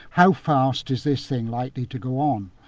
how fast is this thing likely to go on?